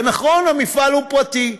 ונכון, המפעל הוא פרטי,